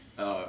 err